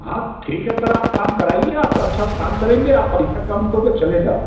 हाँ ठीक है सर आप काम कराइए आप अच्छे से काम करेंगे आप पैसा कम दोगे चलेगा